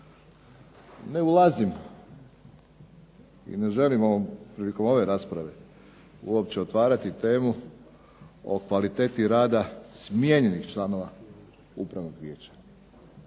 Ne ulazim i ne želim prilikom ove rasprave uopće otvarati temu o kvaliteti rada smijenjenih članova upravnog vijeća.